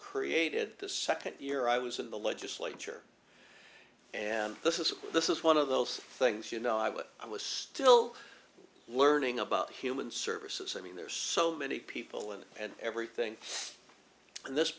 created the second year i was in the legislature and this is this is one of those things you know i wish i was still learning about human services i mean there's so many people and and everything and this